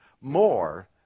more